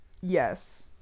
yes